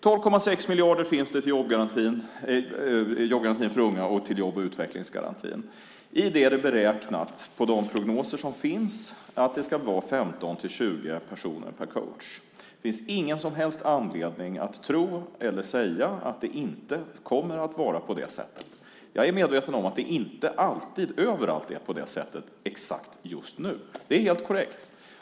12,6 miljarder finns det till jobbgarantin för unga och till jobb och utvecklingsgarantin. I det är det med de prognoser som finns beräknat att det ska vara 15-20 personer per coach. Det finns ingen som helst anledning att tro eller säga att det inte kommer att vara på det sättet. Jag är medveten om att det inte alltid överallt är på det sättet exakt just nu. Det är helt korrekt.